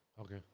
Okay